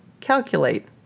calculate